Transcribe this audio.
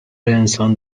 انسان